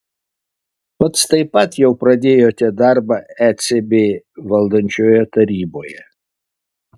pats taip pat jau pradėjote darbą ecb valdančioje taryboje